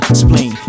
spleen